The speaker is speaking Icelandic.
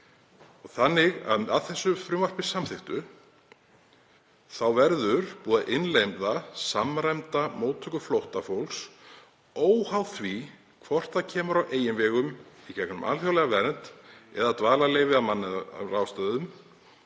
Þannig að að þessu frumvarpi samþykktu verður búið að innleiða samræmda móttöku flóttafólks óháð því hvort það kemur á eigin vegum, í gegnum alþjóðlega vernd eða fær dvalarleyfi af mannúðarástæðum